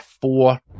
four